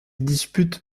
dispute